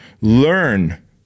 learn